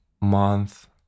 month